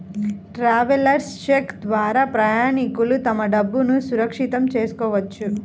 travellers cheque ద్వారా ప్రయాణికులు తమ డబ్బులును సురక్షితం చేసుకోవచ్చు